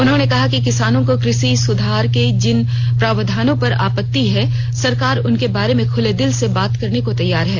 उन्होंने कहा कि किसानों को कृषि सुधार के जिन प्रावधानों पर आपत्तियां हैं सरकार उनके बारे में खुले दिल से बातचीत करने को तैयार हैं